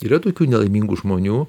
yra tokių nelaimingų žmonių